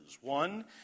One